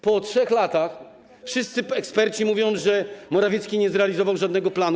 Po 3 latach wszyscy eksperci mówią, że Morawiecki nie zrealizował żadnego planu.